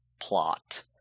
plot